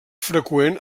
freqüent